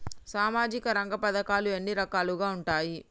సామాజిక రంగ పథకాలు ఎన్ని రకాలుగా ఉంటాయి?